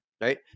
right